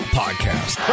podcast